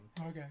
Okay